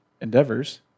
endeavors